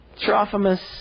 Trophimus